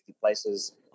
places